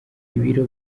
ibiro